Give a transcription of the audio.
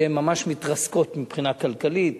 שהן ממש מתרסקות מבחינה כלכלית.